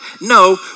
no